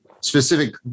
specific